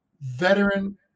veteran